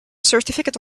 certificate